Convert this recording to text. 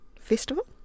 festival